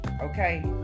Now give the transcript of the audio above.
Okay